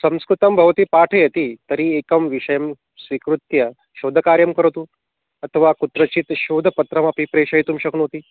संस्कृतं भवती पाठयति तर्हि एकं विषयं स्वीकृत्य शोधकार्यं करोतु अथवा कुत्रचित् शोधत्रमपि प्रेषयितुं शक्नोति